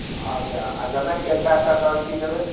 अच्छा आ जमाइनके साथ साथ आओर की देबै